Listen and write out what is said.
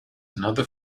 another